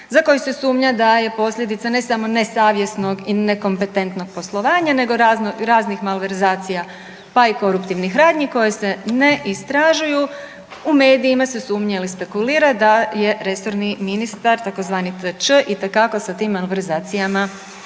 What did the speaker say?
za koji se sumnja da je posljedica ne samo nesavjesnog i nekompetentnog poslovanja, nego raznih malverzacija pa i koruptivnih radnji koje se ne istražuju. U medijima se sumnja ili spekulira da je resorni ministar tzv. TČ itekako sa tim malverzacijama